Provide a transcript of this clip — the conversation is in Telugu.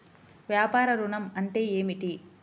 వ్యాపార ఋణం అంటే ఏమిటి?